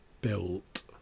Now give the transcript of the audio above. built